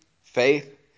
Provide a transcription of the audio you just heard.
faith